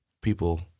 people